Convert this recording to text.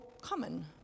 common